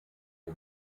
die